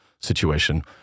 situation